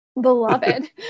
Beloved